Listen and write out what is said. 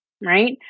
right